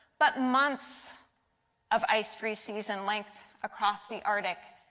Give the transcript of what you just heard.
but months of ice free season like across the arctic,